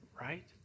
right